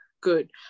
good